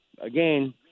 again